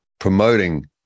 promoting